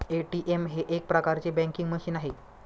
ATM हे एक प्रकारचे बँकिंग मशीन आहे